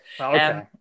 Okay